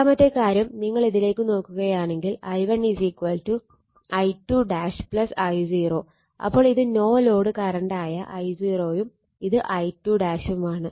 രണ്ടാമത്തെ കാര്യം നിങ്ങൾ ഇതിലേക്ക് നോക്കുകയാണെങ്കിൽ I1 I2 I0 അപ്പോൾ ഇത് നോ ലോഡ് കറണ്ട് ആയ I0 യും ഇത് I2 ഉം ആണ്